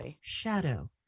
shadow